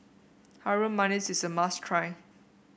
Harum Manis is a must try